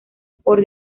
por